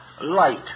light